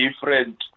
different